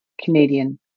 Canadian